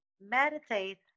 meditate